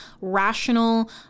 rational